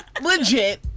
Legit